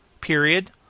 period